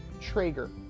Traeger